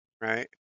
right